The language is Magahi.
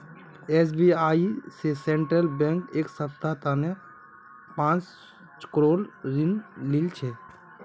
एस.बी.आई स सेंट्रल बैंक एक सप्ताहर तने पांच करोड़ ऋण लिल छ